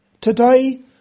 Today